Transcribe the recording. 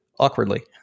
awkwardly